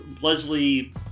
Leslie